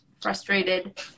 frustrated